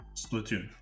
splatoon